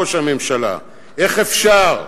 ראש הממשלה: איך אפשר,